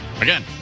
Again